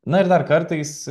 na ir dar kartais